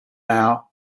hour